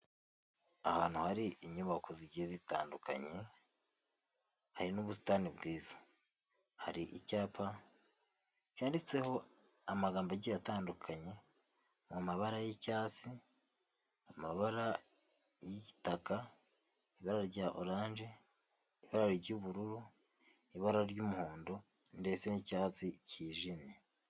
Ahantu hari inyubako zigiye zitandukanye, hari n'ubusitani bwiza. Hari icyapa cyanditseho amagambo agiye atandukanye mu mabara y'icyatsi, amabara y'igitaka, ibara rya oranje, ibara ry'ubururu, ibara ry'umuhondo ndetse n'icyatsi kijimye.